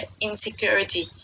insecurity